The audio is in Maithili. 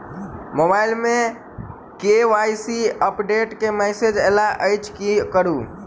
मोबाइल मे के.वाई.सी अपडेट केँ मैसेज आइल अछि की करू?